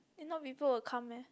if not people will come meh